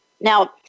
now